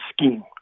scheme